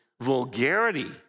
vulgarity